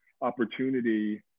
opportunity